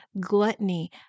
gluttony